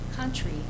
country